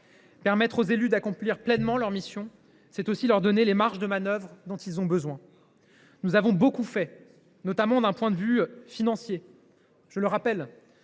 Permettre aux élus d’accomplir pleinement leur mission, c’est aussi leur donner les marges de manœuvre dont ils ont besoin. Nous avons déjà beaucoup fait, notamment du point de vue financier, je le rappelle.